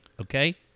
okay